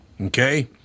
okay